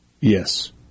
Yes